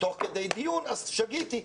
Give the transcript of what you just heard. תוך כדי דיון אז שגיתי,